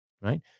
right